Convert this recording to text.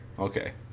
Okay